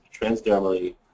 transdermally